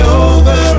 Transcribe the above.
over